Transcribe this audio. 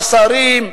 השרים,